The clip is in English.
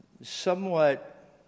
somewhat